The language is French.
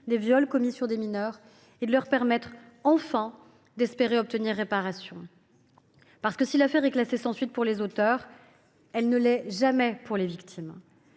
des viols commis sur des mineurs pour leur permettre, enfin, d’espérer obtenir réparation. Parce que, si l’affaire est classée sans suite pour les auteurs, elle ne l’est jamais pour les victimes.